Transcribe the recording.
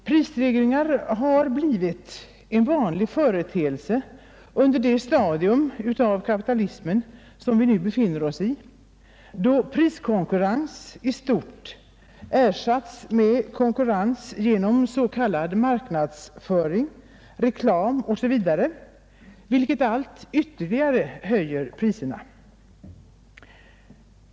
Prisstegringar har blivit en vanlig företeelse under det stadium av kapitalism som vi nu befinner oss i, då priskonkurrens i stort ersatts av konkurrens genom s.k. marknadsföring, reklam osv., vilket allt ytterligare höjer priserna.